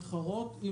להתחרות,